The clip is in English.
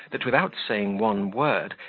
that, without saying one word,